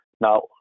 now